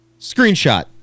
Screenshot